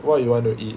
what do you want to eat